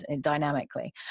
dynamically